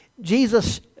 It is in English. Jesus